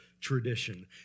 tradition